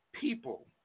People